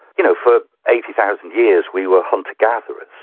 you know, for eighty thousand years we were hunter gatherers.